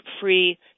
free